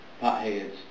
potheads